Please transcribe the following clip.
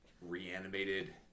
reanimated